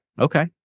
Okay